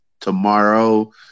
tomorrow